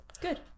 Good